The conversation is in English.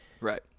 right